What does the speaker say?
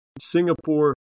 Singapore